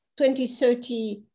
2030